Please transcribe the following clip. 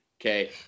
okay